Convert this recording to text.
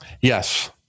Yes